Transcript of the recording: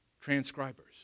transcribers